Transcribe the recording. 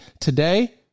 today